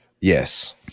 Yes